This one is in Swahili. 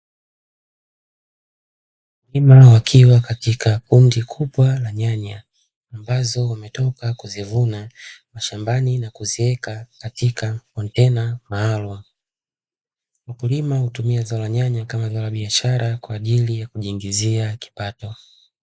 Wakulima wakiwa katika kundi kubwa la nyanya ambazo wametoka kuzivuna mashambani na kuziweka katika kontena maalumu. Wakulima hutumia nyanya kama zao la biashara kwa ajili ya kujiingizia kipato.